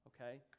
Okay